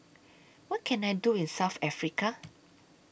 What Can I Do in South Africa